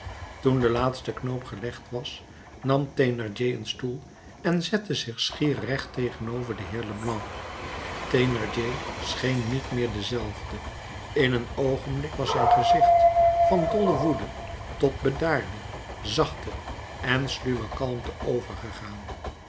toen de laatste knoop gelegd was nam thénardier een stoel en zette zich schier recht tegenover den heer leblanc thénardier scheen niet meer dezelfde in een oogenblik was zijn gezicht van dolle woede tot bedaarde zachte en sluwe kalmte overgegaan